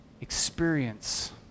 experience